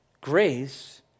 Grace